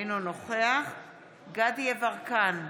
אינו נוכח דסטה גדי יברקן,